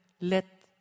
let